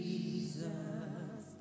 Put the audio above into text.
Jesus